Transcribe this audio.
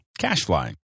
CashFly